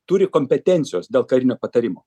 turi kompetencijos dėl karinio patarimo